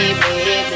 baby